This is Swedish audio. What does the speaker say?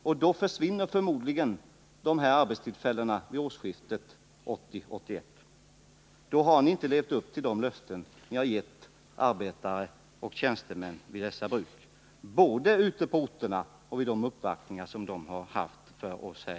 Om det bifalles försvinner förmodligen dessa arbetstillfällen vid årsskiftet 1980-1981. Då har ni inte infriat de löften som ni gett vid besök ute på orterna och, vid uppvaktningar här på riksdagen, till arbetare och tjänstemän vid dessa bruk.